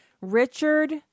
Richard